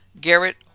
Garrett